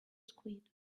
squid